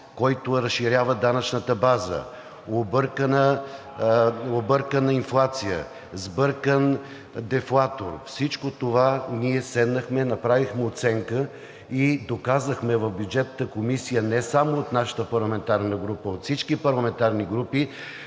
който разширява данъчната база, объркана инфлация, сбъркан дефлатор – за всичко това ние седнахме, направихме оценка и доказахме в Бюджетната комисия, не само от нашата парламентарна група, а от всички парламентарни групи,